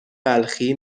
بلخی